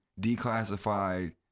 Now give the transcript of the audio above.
declassified